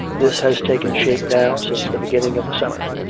this has taken shape now since the beginning of the summer.